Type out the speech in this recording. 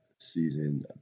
season